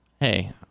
Hey